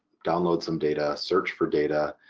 download some data, search for data